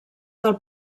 del